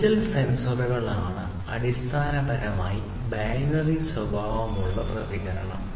digital സെൻസറുകളാണ് അടിസ്ഥാനപരമായി binary സ്വഭാവമുള്ള പ്രതികരണം